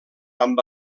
amb